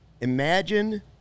Imagine